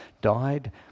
died